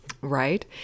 right